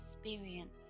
experience